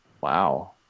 Wow